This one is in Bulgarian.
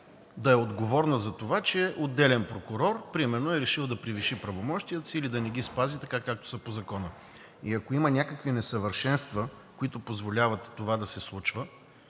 да е отговорна за това, че отделен прокурор например е решил да превиши правомощията си или да не ги спази така, както са по Закона? Ако има някакви несъвършенства, които позволяват това да се случва,